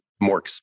more